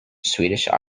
swedish